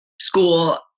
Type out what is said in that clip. school